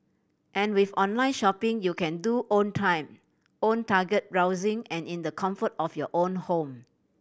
and with online shopping you can do own time own target browsing and in the comfort of your own home